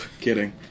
kidding